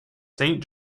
saint